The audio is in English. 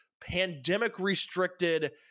pandemic-restricted